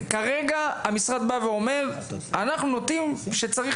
אבל כרגע המשרד אומר: אנחנו נוטים לזה שצריך